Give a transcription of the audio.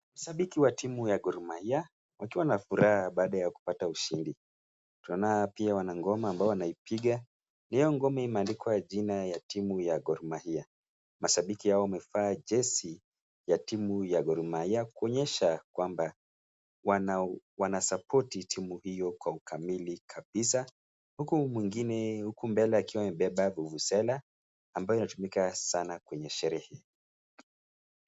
Shabiki wa timu ya Gor Mahia wakiwa na furaha baada ya kupata ushindi. Tunaona pia wanangoma ambao wanaipiga. Hio ngoma imeandikwa jina ya timu ya Gor Mahia. Mashabiki hao wamevaa jezi ya timu ya Gor Mahia kuonyesha kwamba wana suport timu hiyo kamili kabisa huku mwingine mbele akiwa amebeba vuvuzela ambayo inatumika sanaa kwenye sherehe.